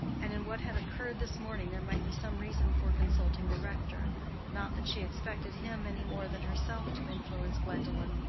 and in what had occurred this morning there might be some reason for consulting the rector not that she expected him anymore than herself to influence gwendolen,